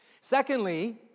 Secondly